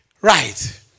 Right